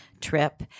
trip